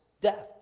Death